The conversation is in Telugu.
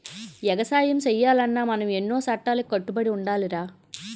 ఎగసాయం సెయ్యాలన్నా మనం ఎన్నో సట్టాలకి కట్టుబడి ఉండాలిరా